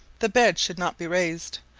the beds should not be raised,